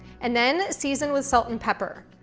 and then, season with salt and pepper.